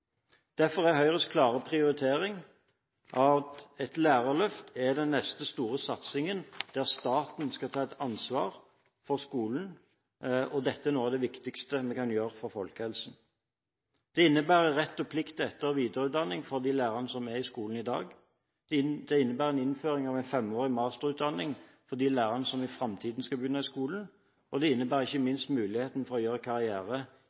Derfor er Høyres klare prioritering at et lærerløft er den neste store satsingen, der staten skal ta et ansvar for skolen. Dette er noe av det viktigste vi kan gjøre for folkehelsen. Det innebærer rett og plikt til etter- og videreutdanning for de lærerne som er i skolen i dag. Det innebærer en innføring av en femårig masterutdanning for de lærerne som i framtiden skal begynne i skolen, og det innebærer ikke minst muligheten for å gjøre karriere